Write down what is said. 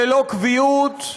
ללא קביעות,